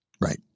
Right